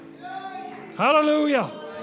Hallelujah